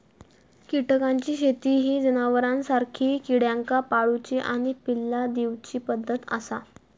कीटकांची शेती ही जनावरांसारखी किड्यांका पाळूची आणि पिल्ला दिवची पद्धत आसा